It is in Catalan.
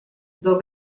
del